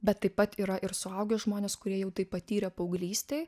bet taip pat yra ir suaugę žmonės kurie jau tai patyrė paauglystėj